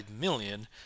million